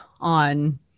on